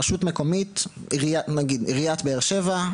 רשות מקומית נגיד עיריית באר שבע,